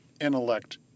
intellect